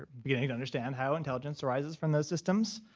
beginning to understand how intelligence arises from those systems.